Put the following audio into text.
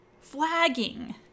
flagging